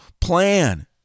plan